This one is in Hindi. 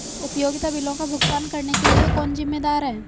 उपयोगिता बिलों का भुगतान करने के लिए कौन जिम्मेदार है?